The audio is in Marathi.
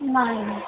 नाही नाही